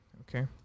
Okay